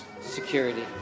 security